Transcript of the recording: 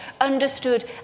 understood